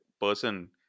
person